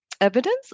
evidence